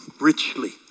richly